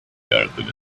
johnathan